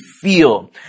feel